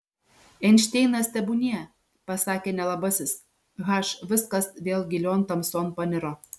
einšteinas tebūnie pasakė nelabasis h viskas vėl gilion tamson paniro